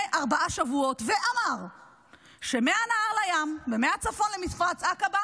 ארבעה שבועות ואמר שמהנהר לים ומהצפון למפרץ עקבה,